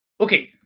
Okay